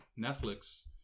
Netflix